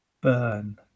Burn